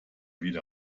wieder